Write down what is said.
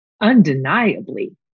undeniably